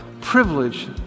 privilege